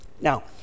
Now